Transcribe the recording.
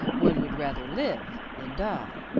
one would rather live than die.